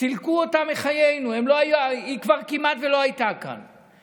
סילקו אותה מחיינו, היא כבר כמעט ולא הייתה כאן.